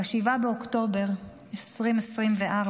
ב-7 באוקטובר 2024,